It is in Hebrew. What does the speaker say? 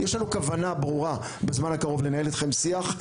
יש לנו כוונה ברורה בזמן הקרוב לנהל איתכם שיח.